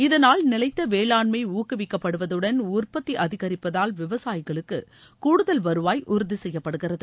இதனால் மூலம் நிலைத்தவேளாண்மைஊக்குவிக்கப்படுவதுடன் உற்பத்திஅதிகரிட்பதால் விவசாயிகளுக்குகூடுதல் வருவாய் உறுதி செய்யப்படுகிறது